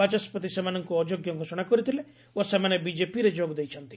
ବାଚସ୍କତି ସେମାନଙ୍କୁ ଅଯୋଗ୍ୟ ଘୋଷଣା କରିଥିଲେ ଓ ସେମାନେ ବିଜେପିରେ ଯୋଗ ଦେଇଛନ୍ତି